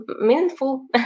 meaningful